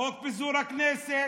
חוק פיזור הכנסת.